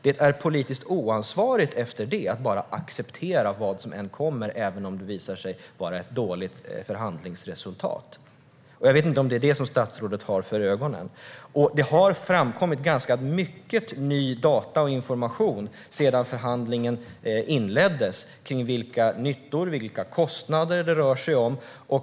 Det är politiskt oansvarigt att efter det bara acceptera vad som än kommer även om det visar sig var ett dåligt förhandlingsresultat. Jag vet inte om det är det statsrådet har för ögonen. Sedan förhandlingen inleddes har det framkommit ganska mycket nya data och ny information om vilka nyttor och vilka kostnader det rör sig om.